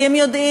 כי הם יודעים,